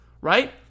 right